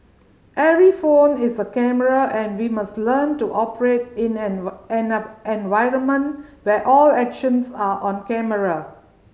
every phone is a camera and we must learn to operate in an environment where all actions are on camera